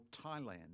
Thailand